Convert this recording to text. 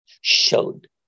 showed